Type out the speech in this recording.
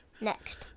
next